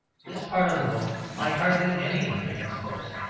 this part of the book, like hardly any of dickens's books,